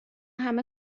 همه